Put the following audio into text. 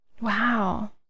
wow